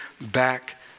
back